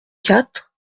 quatre